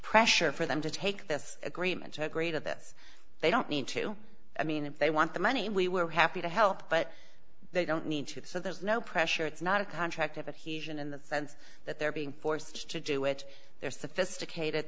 pressure for them to take this agreement a great of this they don't need to i mean if they want the money we were happy to help but they don't need to so there's no pressure it's not a contract of adhesion in the sense that they're being forced to do it they're sophisticated